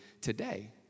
today